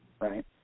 right